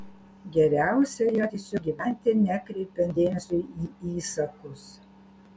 geriausia yra tiesiog gyventi nekreipiant dėmesio į įsakus